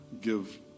give